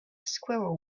squirrel